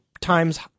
times